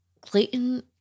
Clayton